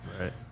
right